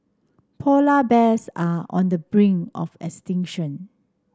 polar bears are on the brink of extinction